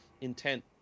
intent